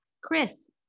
Chris